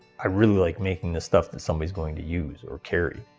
i really like making the stuff that somebody's going to use or carry.